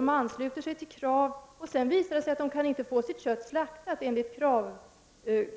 De har anslutit sig till KRAV, men sedan har det visat sig att de inte kan få sina djur slaktade enligt KRAV